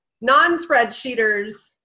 non-spreadsheeters